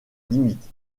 limite